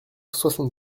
soixante